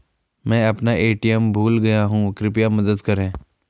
मैं अपना ए.टी.एम भूल गया हूँ, कृपया मदद करें